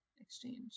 Exchange